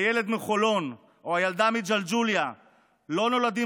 הילד מחולון או הילדה מג'לג'וליה לא נולדים